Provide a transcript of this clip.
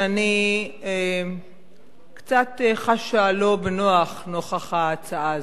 שאני קצת חשה לא בנוח נוכח ההצעה הזאת.